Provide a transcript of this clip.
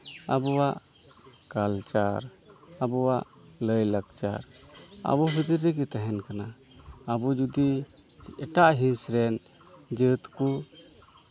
ᱟᱵᱚᱣᱟᱜ ᱠᱟᱞᱪᱟᱨ ᱟᱵᱚᱣᱟᱜ ᱞᱟᱭᱼᱞᱟᱠᱪᱟᱨ ᱟᱵᱚ ᱵᱷᱤᱛᱤᱨ ᱨᱮᱜᱮ ᱛᱟᱦᱮᱱ ᱠᱟᱱᱟ ᱟᱵᱚ ᱡᱩᱫᱤ ᱮᱴᱟᱜ ᱦᱤᱸᱥ ᱨᱮᱱ ᱡᱮᱦᱮᱛᱩ